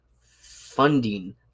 funding